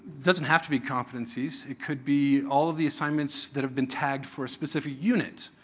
doesn't have to be competencies. it could be all of the assignments that have been tagged for a specific unit.